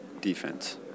defense